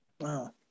Wow